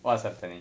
what's happening